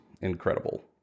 incredible